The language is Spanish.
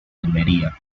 almería